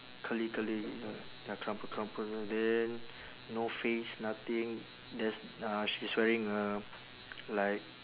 curly curly ya crumple crumple then no face nothing there's uh she's wearing a like